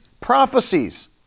prophecies